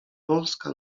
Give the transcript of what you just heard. polska